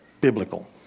biblical